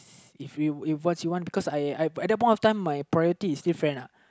if you if what you want because I I at that point of time my priority is still friend uh